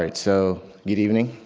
but so, good evening.